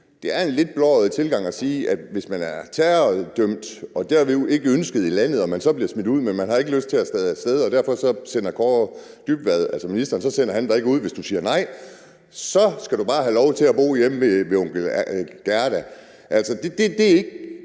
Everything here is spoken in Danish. det er en lidt blåøjet tilgang at sige, at hvis man er terrordømt og derved jo ikke ønsket i landet, og man så bliver smidt ud, men ikke har lyst til at tage af sted, og ministeren derfor ikke sender en ud, så skal man bare have lov til at bo hjemme hos tante Gerda. Det er ikke